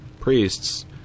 priests